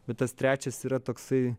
bet tas trečias yra toksai